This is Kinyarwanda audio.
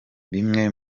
bimwe